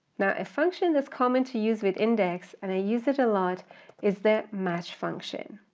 now a function that's common to use with index and i use it a lot is the match function.